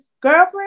girlfriend